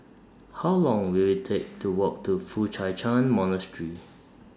How Long Will IT Take to Walk to Foo Chai Ch'An Monastery